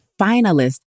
finalist